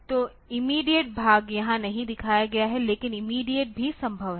तो इमीडियेट भाग यहां नहीं दिखाया गया है लेकिन इमीडियेट भी संभव है